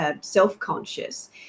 self-conscious